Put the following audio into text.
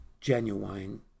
genuine